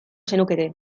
zenukete